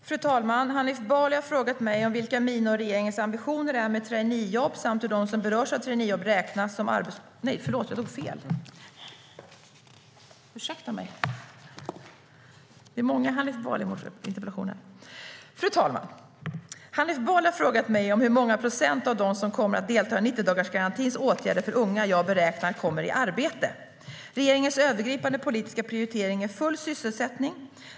Fru talman! Hanif Bali har frågat mig hur många procent av dem som kommer att delta i 90-dagarsgarantins åtgärder för unga jag beräknar kommer i arbete. Regeringens övergripande politiska prioritering är full sysselsättning.